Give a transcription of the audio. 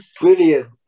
brilliant